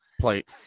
plate